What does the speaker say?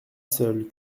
seule